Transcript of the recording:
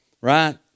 right